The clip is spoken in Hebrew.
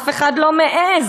אף אחד לא מעז.